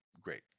great